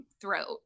throat